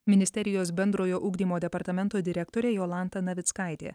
ministerijos bendrojo ugdymo departamento direktorė jolanta navickaitė